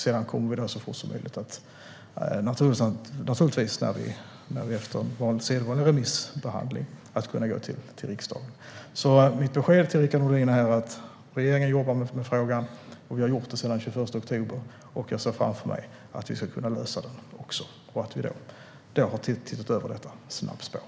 Sedan kommer vi att så fort som möjligt, och naturligtvis efter sedvanlig remissbehandling, att kunna gå till riksdagen. Mitt besked till Rickard Nordin är: Regeringen jobbar med frågan, och vi har gjort det sedan den 21 oktober. Jag ser framför mig att vi ska kunna lösa det här och att vi då har tittat över detta snabbspår.